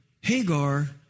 Hagar